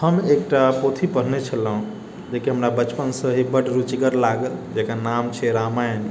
हम एकटा पोथी पढने छलहुँ जेकि हमरा बचपनसँ ही बड्ड रुचिगर लागल जेकर नाम छियै रामायण